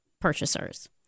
purchasers